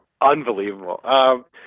unbelievable